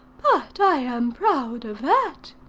but i am proud of that.